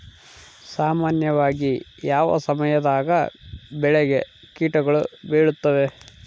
ಸಾಮಾನ್ಯವಾಗಿ ಯಾವ ಸಮಯದಾಗ ಬೆಳೆಗೆ ಕೇಟಗಳು ಬೇಳುತ್ತವೆ?